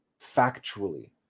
factually